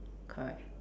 correct